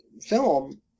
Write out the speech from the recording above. film